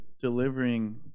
delivering